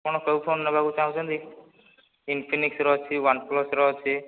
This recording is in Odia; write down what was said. ଆପଣ କେଉଁ ଫୋନ୍ ନେବାକୁ ଚାହୁଁଛନ୍ତି ଇନଫିନିକ୍ସର ଅଛି ୱାନ୍ ପ୍ଲସ୍ ର ଅଛି